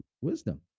Wisdom